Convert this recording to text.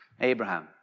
Abraham